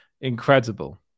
incredible